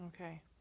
okay